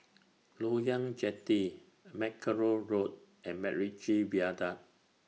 Loyang Jetty Mackerrow Road and Macritchie Viaduct